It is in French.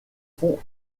font